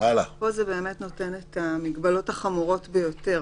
הנוסח פה נותן את המגבלות החמורות ביותר,